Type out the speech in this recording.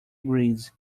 grease